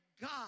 God